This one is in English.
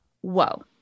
whoa